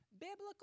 Biblical